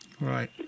Right